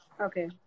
Okay